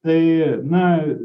tai na